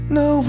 no